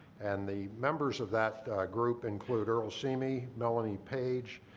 and the members of that group include earl seemie, melanie page,